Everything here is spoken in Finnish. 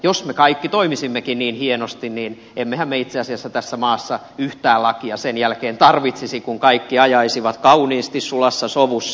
jos me kaikki toimisimmekin niin hienosti niin emmehän me itse asiassa tässä maassa yhtään lakia sen jälkeen tarvitsisi kun kaikki ajaisivat kauniisti sulassa sovussa